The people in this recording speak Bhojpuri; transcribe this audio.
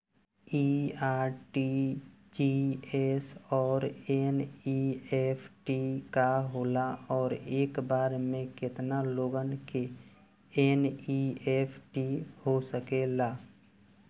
इ आर.टी.जी.एस और एन.ई.एफ.टी का होला और एक बार में केतना लोगन के एन.ई.एफ.टी हो सकेला?